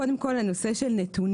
קודם כל הנושא של נתונים,